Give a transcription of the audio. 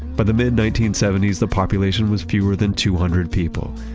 but the mid nineteen seventy s, the population was fewer than two hundred people.